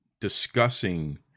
discussing